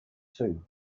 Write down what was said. too